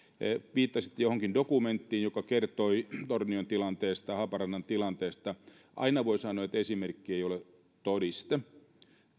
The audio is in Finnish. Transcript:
viittasitte johonkin dokumenttiin joka kertoi tornion ja haaparannan tilanteesta aina voi sanoa että esimerkki ei ole todiste